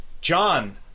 John